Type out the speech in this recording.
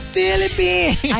Philippines